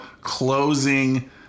closing